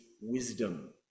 wisdom